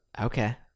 Okay